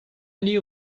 knew